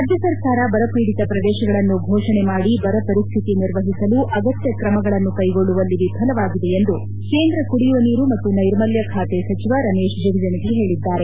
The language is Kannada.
ರಾಜ್ಯ ಸರ್ಕಾರ ಬರಒೀಡಿತ ಪ್ರದೇಶಗಳನ್ನು ಘೋಷಣೆ ಮಾಡಿ ಬರ ಪರಿಸ್ಥಿತಿ ನಿರ್ವಹಿಸಲು ಅಗತ್ಯ ಕ್ರಮಗಳನ್ನು ಕೈಗೊಳ್ಳುವಲ್ಲಿ ವಿಫಲವಾಗಿದೆ ಎಂದು ಕೇಂದ್ರ ಕುಡಿಯುವ ನೀರು ಮತ್ತು ನೈರ್ಮಲ್ಯ ಖಾತೆ ಸಚಿವ ರಮೇಶ್ ಜಗಜಿಣಗಿ ಹೇಳದ್ದಾರೆ